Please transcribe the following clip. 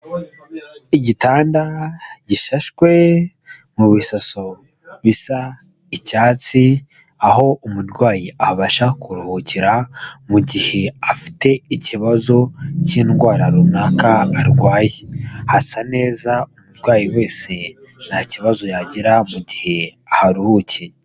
Igitanda gishashwe mu bisaso bisa icyatsi, aho umurwayi abasha kuruhukira mu gihe afite ikibazo cy'indwara runaka arwaye, hasa neza umurwayi wese nta kibazo yagira mu gihe aruhukiye.